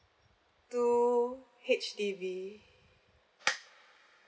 two H_D_B